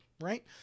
right